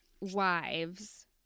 wives